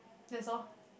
that's all